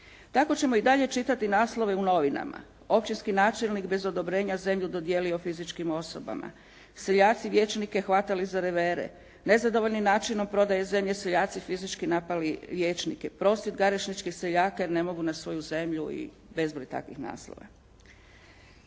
Tako ćemo i dalje čitati naslove u novinama: «Općinski načelnik bez odobrenja zemlju dodijelio fizičkim osobama», «Seljaci vijećnike hvatali za revere», «Nezadovoljni načinom prodaje zemlje seljaci fizički napali vijećnike», «Prosvjed garešničkih seljaka jer ne mogu na svoju zemlju» i bezbroj takvih naslova.